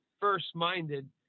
first-minded